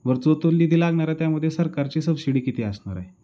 वर जो तो निधी लागणार आहे त्यामध्ये सरकारची सबशिडी किती असणार आहे